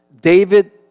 David